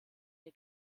der